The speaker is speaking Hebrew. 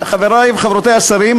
חברי וחברותי השרים,